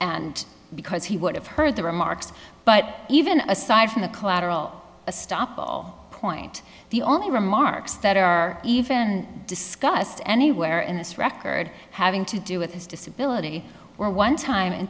and because he would have heard the remarks but even aside from the collateral estoppel point the only remarks that are even discussed anywhere in this record having to do with his disability were one time in